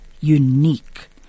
unique